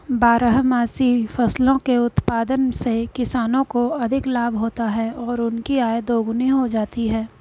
बारहमासी फसलों के उत्पादन से किसानों को अधिक लाभ होता है और उनकी आय दोगुनी हो जाती है